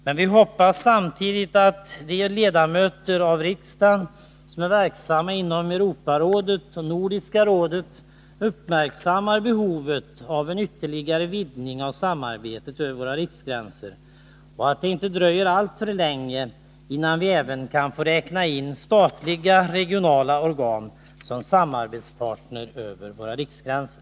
Men vi hoppas samtidigt att de ledamöter av riksdagen som är verksamma inom Europarådet och Nordiska rådet uppmärksammar behovet av en ytterligare vidgning av samarbetet över våra riksgränser och att det inte dröjer alltför länge innan vi även kan få räkna in statliga regionala organ som samarbetspartner över våra riksgränser.